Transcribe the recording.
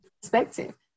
perspective